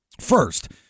First